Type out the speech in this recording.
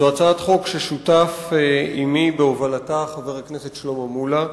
זאת הצעת חוק ששותף עמי בהובלתה חבר הכנסת שלמה מולה,